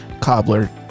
Cobbler